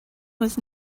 was